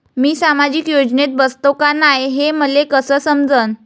मी सामाजिक योजनेत बसतो का नाय, हे मले कस समजन?